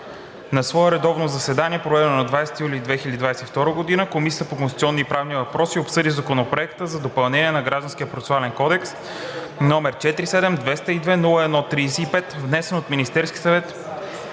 На свое редовно заседание, проведено на 20 юли 2022 г., Комисията по конституционни и правни въпроси обсъди Законопроект за допълнение на Гражданския процесуален кодекс, № 47-202-01-35, внесен от Министерския съвет